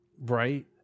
Right